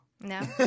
No